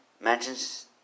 mentions